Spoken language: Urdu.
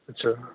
اچھا